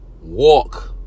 walk